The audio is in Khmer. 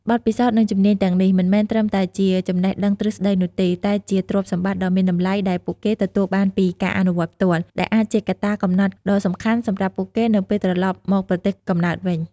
បទពិសោធន៍ និងជំនាញទាំងនេះ មិនមែនត្រឹមតែជាចំណេះដឹងទ្រឹស្ដីនោះទេ តែជាទ្រព្យសម្បត្តិដ៏មានតម្លៃដែលពួកគេទទួលបានពីការអនុវត្តផ្ទាល់ ដែលអាចជាកត្តាកំណត់ដ៏សំខាន់សម្រាប់ពួកគេនៅពេលត្រឡប់មកប្រទេសកំណើតវិញ។